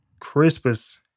Crispus